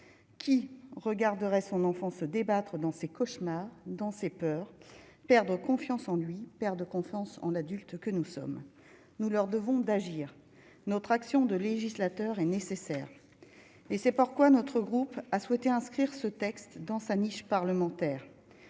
qui regarderait son enfant se débattre dans ses cauchemars dans ses peurs perdent confiance en lui, perte de confiance en adultes que nous sommes, nous leur devons d'agir, notre action de législateur est nécessaire et c'est pourquoi notre groupe a souhaité inscrire ce texte dans sa niche parlementaire,